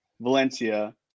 Valencia